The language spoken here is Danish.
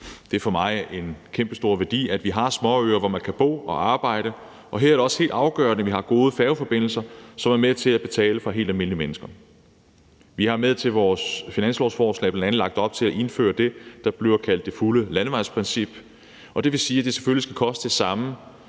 Det har for mig en kæmpestor værdi, at vi har småøer, hvor man kan bo og arbejde, og her er det også helt afgørende, at vi har gode færgeforbindelser, som er til at betale for helt almindelige mennesker. Vi har i vores finanslovsforslag bl.a. lagt op til at indføre det, der bliver kaldt det fulde landevejsprincip. Det vil sige, at det selvfølgelig skal koste det samme